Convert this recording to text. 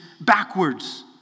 backwards